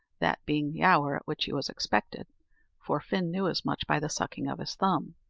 that being the hour at which he was expected for fin knew as much by the sucking of his thumb.